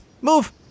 move